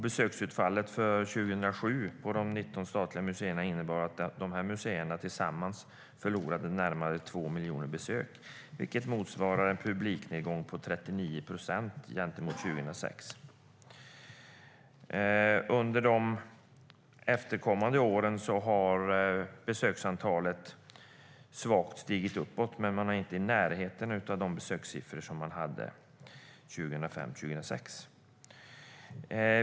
Besöksutfallet för 2007 på de 19 statliga museerna innebar att dessa museer tillsammans förlorade närmare två miljoner besök, vilket motsvarar en publiknedgång med 39 procent gentemot 2006. Under de efterkommande åren har besöksantalet svagt stigit uppåt, men man är inte i närheten av de besökssiffror man hade 2005-2006.